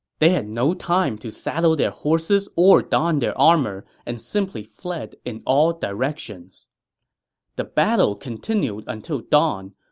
they had no time to saddle their horses or don their armor, and simply fled in all directions the battle continued until dawn.